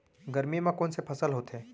गरमी मा कोन से फसल होथे?